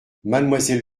mademoiselle